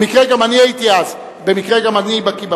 במקרה גם אני הייתי אז, במקרה גם אני בקי בפרטים,